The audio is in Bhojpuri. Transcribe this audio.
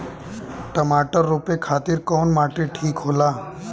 टमाटर रोपे खातीर कउन माटी ठीक होला?